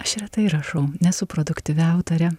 aš retai rašau nesu produktyvi autorė